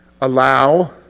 Allow